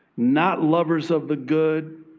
not lovers of the good,